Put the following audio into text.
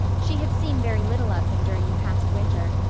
she had seen very little of him during the past winter.